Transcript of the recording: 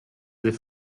des